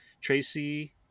tracy